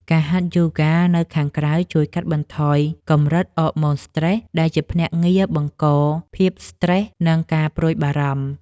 ការហាត់យូហ្គានៅខាងក្រៅជួយកាត់បន្ថយកម្រិតអរម៉ូនស្រ្តេស ដែលជាភ្នាក់ងារបង្កភាពស្ត្រេស និងការព្រួយបារម្ភ។